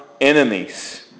enemies